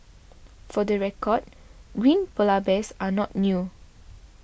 for the record green Polar Bears are not new